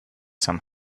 some